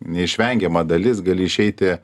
neišvengiama dalis gali išeiti